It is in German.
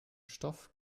stoff